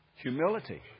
Humility